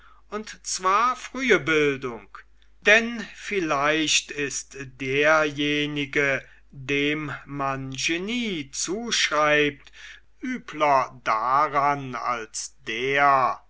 und zwar frühe bildung denn vielleicht ist derjenige dem man genie zuschreibt übler dran als der